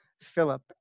Philip